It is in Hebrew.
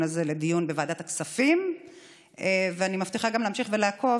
הזה לדיון בוועדת הכספים ואני מבטיחה גם להמשיך ולעקוב